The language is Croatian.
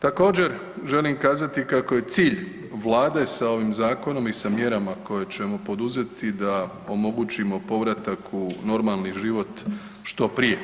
Također, želim kazati kako je cilj Vlade s ovim zakonom i sa mjerama koje ćemo poduzeti da omogućimo povratak u normalni život što prije,